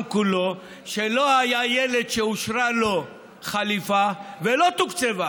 כולו שלא היה ילד שאושרה לו חליפה ולא תוקצבה,